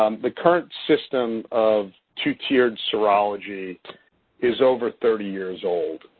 um the current system of two-tiered serology is over thirty years old.